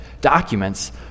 documents